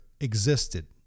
existed